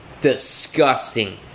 disgusting